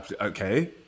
Okay